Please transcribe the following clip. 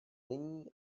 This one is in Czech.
není